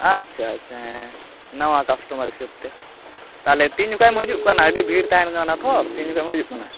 ᱟᱪᱪᱷᱟ ᱟᱪᱪᱷᱟ ᱦᱮᱸ ᱱᱟᱣᱟ ᱠᱟᱥᱴᱚᱢᱟᱨ ᱦᱤᱥᱟᱹᱵᱽ ᱛᱮ ᱛᱟᱦᱚᱞᱮ ᱛᱤᱱ ᱡᱚᱠᱷᱟᱱᱮᱢ ᱦᱤᱡᱩᱜ ᱠᱟᱱᱟ ᱟᱹᱰᱤ ᱵᱷᱤᱲ ᱛᱟᱦᱮᱱ ᱠᱟᱱᱟ ᱛᱚ ᱛᱤᱱ ᱡᱚᱠᱷᱚᱱᱮᱢ ᱦᱤᱡᱩᱜ ᱠᱟᱱᱟ